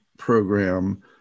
Program